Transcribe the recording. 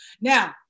Now